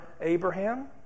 Abraham